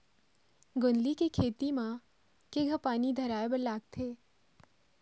गोंदली के खेती म केघा पानी धराए बर लागथे?